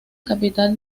capital